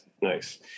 Nice